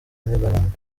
netherland